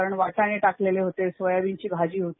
कारण वाटाणे टाकलेले होते सोयाबिनची भाजी होती